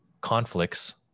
conflicts